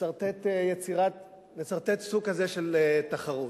לסרטט סוג כזה של תחרות.